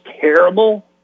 terrible